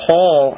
Paul